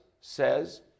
says